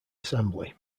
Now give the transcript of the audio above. assembly